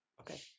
Okay